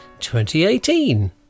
2018